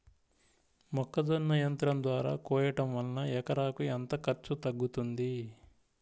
మొక్కజొన్న యంత్రం ద్వారా కోయటం వలన ఎకరాకు ఎంత ఖర్చు తగ్గుతుంది?